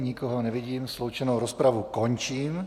Nikoho nevidím, sloučenou rozpravu končím.